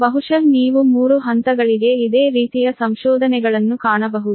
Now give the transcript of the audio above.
ಬಹುಶಃ ನೀವು 3 ಹಂತಗಳಿಗೆ ಇದೇ ರೀತಿಯ ಸಂಶೋಧನೆಗಳನ್ನು ಕಾಣಬಹುದು